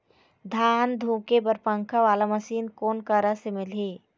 धान धुके बर पंखा वाला मशीन कोन करा से मिलही?